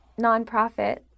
nonprofit